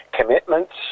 commitments